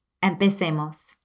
¡Empecemos